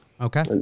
Okay